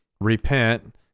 repent